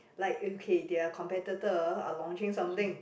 like okay their competitor are launching something